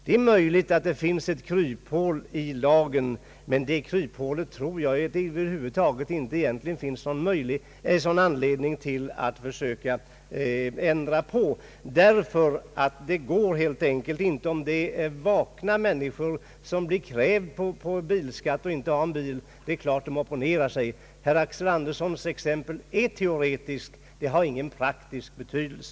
Det är möjligt att ett kryphål finns i lagen, men det är över huvud taget ingen anledning att försöka ändra på detta. Om vakna människor blir krävda på bilskatt och inte har någon bil är det klart att de opponerar sig. Herr Axel Anderssons exem pel är teoretiskt, det har ingen praktisk betydelse.